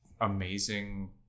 amazing